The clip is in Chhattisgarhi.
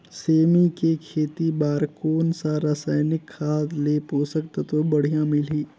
सेमी के खेती बार कोन सा रसायनिक खाद ले पोषक तत्व बढ़िया मिलही?